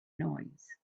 noise